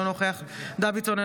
אינו נוכח סימון דוידסון,